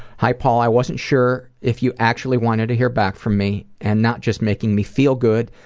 hi paul, i wasn't sure if you actually wanted to hear back from me and not just making me feel good,